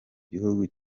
gihugu